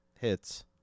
hits